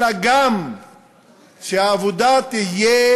אלא גם שהעבודה תהיה